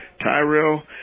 Tyrell